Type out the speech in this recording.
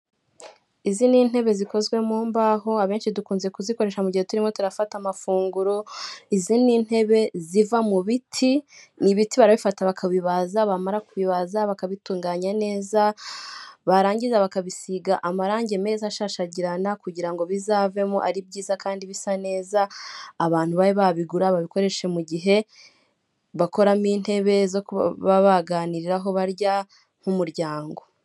Izi ni intebe zikozwe mu mbaho abenshi dukunze kuzikoresha mu gihe turimo turafata amafunguro, izintebe ziva mu biti barabifata bakabibaza bamara kubibaza bakabitunganya neza barangiza bakabisiga amarangi meza ashashagirana kugira ngo bizavemo ari byiza kandi bisa neza, abantu babe babigura babikoreshe mu gihe bakoramo intebe zo baganiraho barya nk'umuryango.